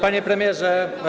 Panie Premierze!